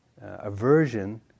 aversion